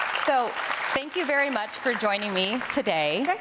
so thank you very much for joining me today,